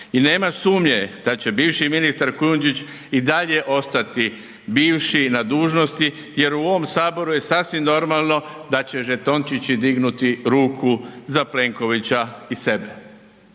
I nema sumnje da će bivši ministar Kujundžić i dalje ostati bivši na dužnosti jer u ovom saboru je sasvim normalno da će žetončići dignuti ruku za Plenkovića i sebe.